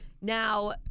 Now